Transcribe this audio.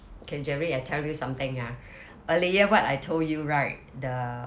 okay jerry I tell you something ah earlier what I told you right the